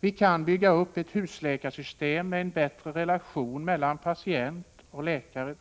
Vi kan bygga upp ett husläkarsystem med en bättre relation mellan patient och läkare.